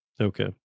Okay